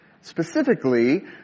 specifically